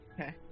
Okay